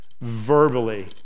verbally